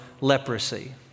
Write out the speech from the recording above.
leprosy